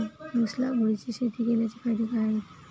ऊस लागवडीची शेती केल्याचे फायदे काय आहेत?